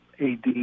AD